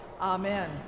amen